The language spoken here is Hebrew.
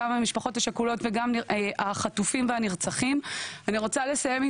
גם המשפחות השכולות וגם החטופים והנרצחים ואני רוצה לסיים עם